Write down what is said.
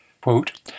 quote